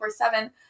24-7